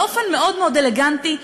באופן מאוד מאוד אלגנטי,